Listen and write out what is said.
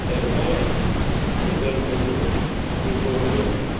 तेंकाय भितर मिसळून मिसळून घेवन